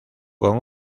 con